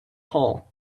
hole